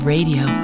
Radio